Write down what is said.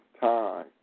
time